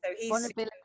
vulnerability